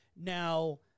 Now